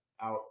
out